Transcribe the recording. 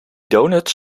donuts